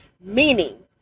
meaning